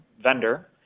vendor